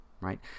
right